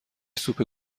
سوپ